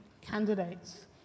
candidates